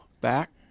back